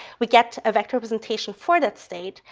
we get a vector presentation for that state,